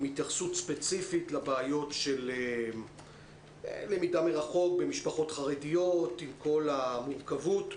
התייחסות ספציפית לבעיות של למידה מרחוק במשפחות חרדיות עם כל המורכבות.